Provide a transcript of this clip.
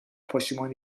پشتیبان